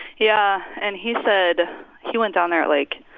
yeah. and he said he went down there at, like,